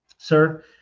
sir